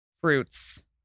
fruits